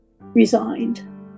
resigned